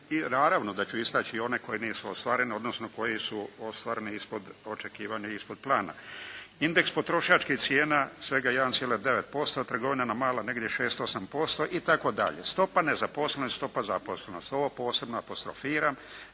i naravno da ću istaći one koji nisu ostvareni, odnosno koji su ostvareni ispod očekivanog plana. Indeks potrošačkih cijena svega 1,9% a trgovina na malo negdje 6,8% itd. Stopa nezaposlenosti i stopa zaposlenosti, ovo posebno apostrofiram.